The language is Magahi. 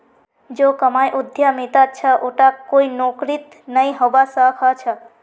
जो कमाई उद्यमितात छ उटा कोई नौकरीत नइ हबा स ख छ